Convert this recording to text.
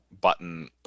button